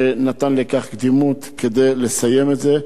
שנתן לכך קדימות כדי לסיים את זה.